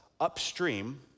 upstream